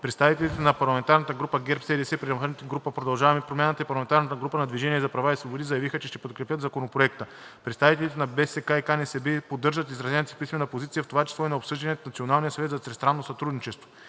Представителите на парламентарната група ГЕРБ-СДС, парламентарната група „Продължаваме Промяната“ и парламентарната група ДПС заявиха, че ще подкрепят Законопроекта. Представителите на БСК и КНСБ поддържат изразената си писмена позиция, в това число и на обсъжданията в Националния съвет за тристранно сътрудничество.